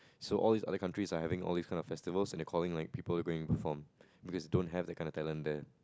so all these other countries are having all these kind of festivals and they are calling like people going perform because they don't have that kind of talent there